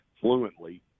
fluently